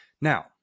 Now